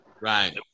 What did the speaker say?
Right